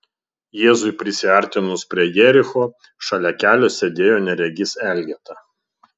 jėzui prisiartinus prie jericho šalia kelio sėdėjo neregys elgeta